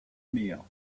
meal